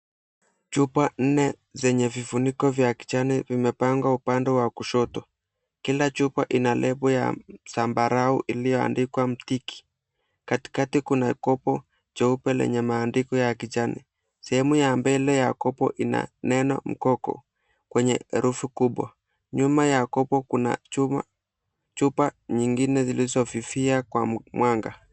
Chupa nne zenye vifuniko vya kijani vimepangwa upande wa kushoto, kila chupa ina nembo ya zambarau iliyoandikwa Mtiki katikati kuna kopo jeupe lenye maandishi ya kijani, sehemu ya mbele ya kopo ina neno mkoko kwenye herufi kubwa, nyuma ya kopo kuna chupa nyingine zilizofifia kwa mwanga.